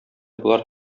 болар